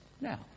now